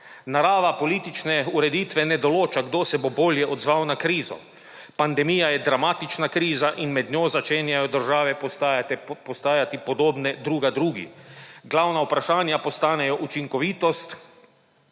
Narava politične ureditve ne določa, kdo se bo bolje odzval na krizo. Pandemija je dramatična kriza in med njo začenjajo države postajati podobne druga drugi. Glavna vprašanja postanejo učinkovitost,